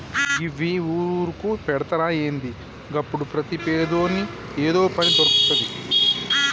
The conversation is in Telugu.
గివ్వి ఊరూరుకు పెడ్తరా ఏంది? గప్పుడు ప్రతి పేదోని ఏదో పని దొర్కుతది